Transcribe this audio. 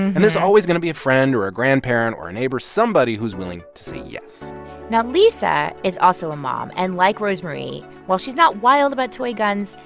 and there's always going to be a friend or a grandparent or a neighbor, somebody, who's willing to say yes now, lisa is also a mom. and like rosemarie, while she's not wild about toy guns,